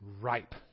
ripe